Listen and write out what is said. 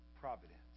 providence